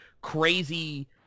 crazy